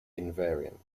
invariant